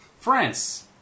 France